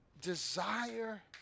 Desire